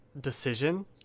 decision